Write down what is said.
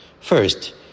First